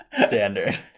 standard